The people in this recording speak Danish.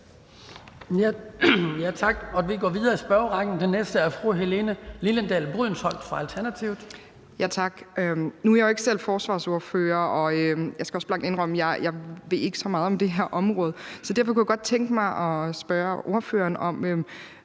Nu er jeg jo ikke selv forsvarsordfører, og jeg skal også blankt indrømme, at jeg ikke ved så meget om det her område, så derfor kunne jeg godt tænke mig at spørge ordføreren: